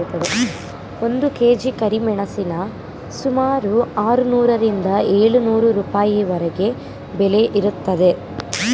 ಒಂದು ಕೆ.ಜಿ ಕರಿಮೆಣಸಿನ ಸುಮಾರು ಆರುನೂರರಿಂದ ಏಳು ನೂರು ರೂಪಾಯಿವರೆಗೆ ಬೆಲೆ ಇರುತ್ತದೆ